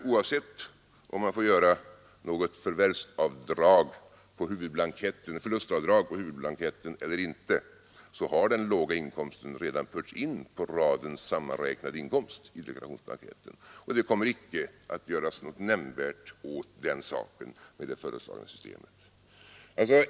Oavsett om man får göra något förlustavdrag på huvudblanketten eller inte har den låga inkomsten redan förts in på raden ”Sammanräknad inkomst” i deklarationsblanketten. Det kommer icke att göras något nämvärt åt den saken med det föreslagna systemet.